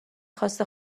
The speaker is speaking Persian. خواست